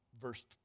verse